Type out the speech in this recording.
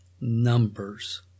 numbers